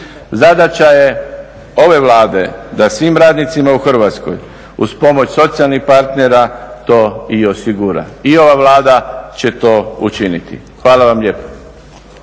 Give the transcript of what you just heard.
Zadaća je ove Vlade da svim radnicima u Hrvatskoj uz pomoć socijalnih partnera to i osigura. I ova Vlada će to učiniti. Hvala vam lijepo.